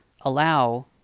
allow